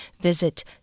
Visit